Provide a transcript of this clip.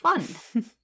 fun